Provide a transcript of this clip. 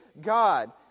God